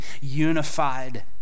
unified